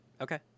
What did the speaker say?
Okay